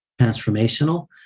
transformational